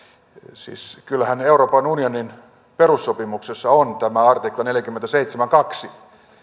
siis kyllähän euroopan unionin perussopimuksessa on tämä artikla neljäkymmentäseitsemän piste kaksi